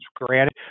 Granted